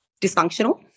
dysfunctional